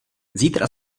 zítra